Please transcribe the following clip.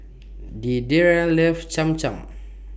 Deidre loves Cham Cham